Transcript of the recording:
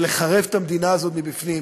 ולחרב את המדינה הזאת מבפנים.